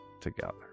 together